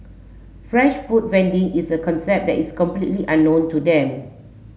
fresh food vending is a concept that is completely unknown to them